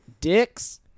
dicks